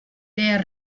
der